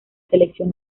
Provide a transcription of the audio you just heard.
selección